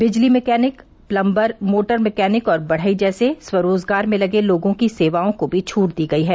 बिजली mechanic plumber motor mechanic और बढ़ई जैसे स्वरोजगार में लगे लोगों की सेवाओं को भी छूट दी गई है